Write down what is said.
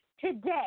today